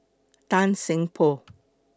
Tan Seng Poh